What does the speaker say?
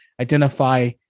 identify